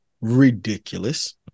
ridiculous